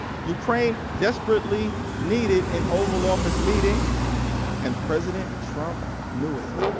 ukraine desperately needed an oval office meeting and president trump knew it.